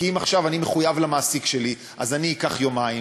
כי אם עכשיו אני מחויב למעסיק שלי אז אני אקח יומיים,